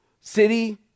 city